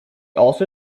also